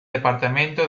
departamento